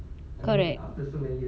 correct